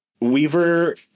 Weaver